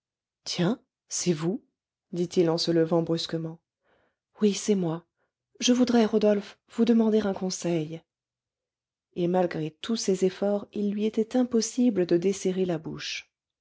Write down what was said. tiens c'est vous dit-il en se levant brusquement oui c'est moi je voudrais rodolphe vous demander un conseil et malgré tous ses efforts il lui était impossible de desserrer la bouche